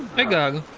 begun